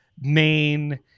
main